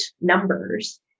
numbers